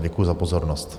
Děkuji za pozornost.